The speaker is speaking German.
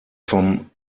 vom